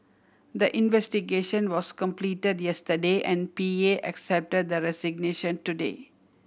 the investigation was completed yesterday and P A accepted the resignation today